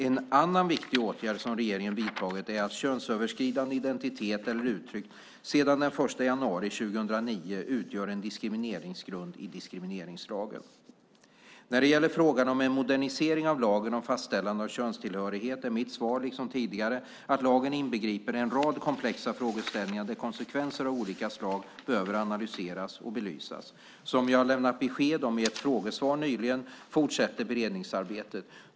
En annan viktig åtgärd som regeringen vidtagit är att könsöverskridande identitet eller uttryck sedan den 1 januari 2009 utgör en diskrimineringsgrund i diskrimineringslagen . När det gäller frågan om modernisering av lagen om fastställande av könstillhörighet är mitt svar, liksom tidigare, att lagen inbegriper en rad komplexa frågeställningar där konsekvenser av olika slag behöver analyseras och belysas. Som jag lämnat besked om i ett frågesvar nyligen fortsätter beredningsarbetet.